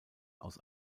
aus